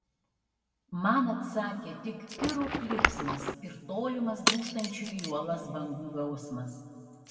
man atsakė tik kirų klyksmas ir tolimas dūžtančių į uolas bangų gausmas